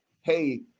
hey